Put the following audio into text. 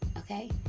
Okay